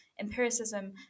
empiricism